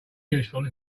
useful